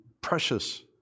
precious